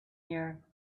year